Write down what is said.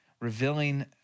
revealing